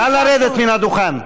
נא לרדת מן הדוכן.